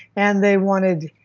and they wanted